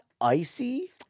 icy